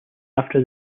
after